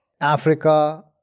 Africa